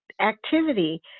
activity